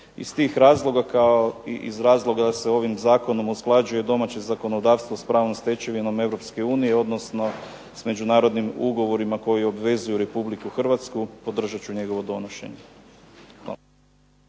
Iz tih razloga kao i iz razloga se ovim zakonom usklađuje domaće zakonodavstvo s pravnom stečevinom Europske unije, odnosno s Međunarodnim ugovorima koji obvezuju Republiku Hrvatsku podržat ću njegovo donošenje.